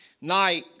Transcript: Night